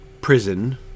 prison